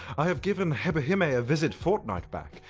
i have given hebihime a visiten fortnight back.